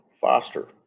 Foster